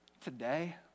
Today